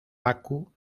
bakú